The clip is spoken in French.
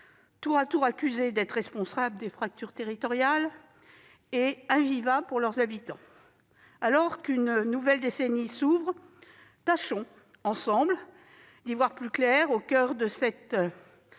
tour à tour accusées d'être responsables des fractures territoriales et invivables pour leurs habitants. Alors qu'une nouvelle décennie s'ouvre, tâchons, ensemble, d'y voir plus clair, au coeur de cette «